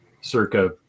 circa